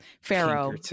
pharaoh